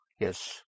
yes